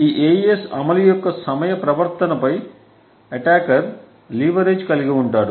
ఈ AES అమలు యొక్క సమయ ప్రవర్తనపై అటాకర్ లేవరేజ్ కలిగి ఉంటాడు